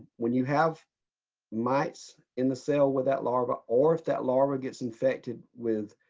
when you have mites in the cell with that larva, or if that larva gets infected with